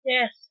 Yes